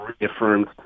reaffirmed